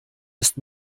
ist